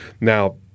now